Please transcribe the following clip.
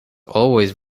always